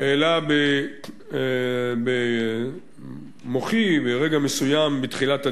העלה במוחי רגע מסוים בתחילת הדיון,